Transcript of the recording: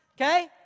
okay